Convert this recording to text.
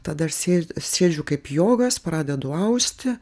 tada sėdžiu kaip jogas pradedu austi